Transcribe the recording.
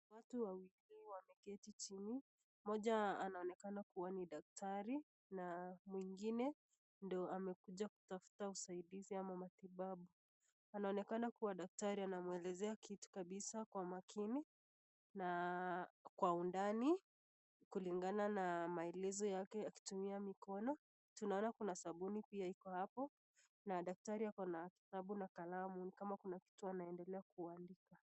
...Wameketi chini, moja anaonekana kuwa ni dakitari, na mwingine ndio amekuja kutafuta usaidizi au matibabu. anaonekana kuwa dakitari anamuelezea kitu kabisa kwa makini na kwa undani kulingana na maelezo yake akitumia mikono. Tunaona kuna sabuni pia iko hapo, na dakitari ako na kitabu na kalamu nikama kuna kitu anaendelea kuandika.